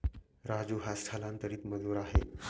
राजू हा स्थलांतरित मजूर आहे